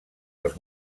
els